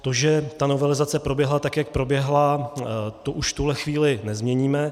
To, že ta novelizace proběhla, tak jak proběhla, to už v tuto chvíli nezměníme.